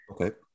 okay